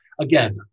Again